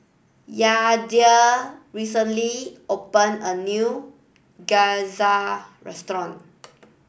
Yadiel recently opened a new Gyoza Restaurant